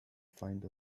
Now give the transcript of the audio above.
find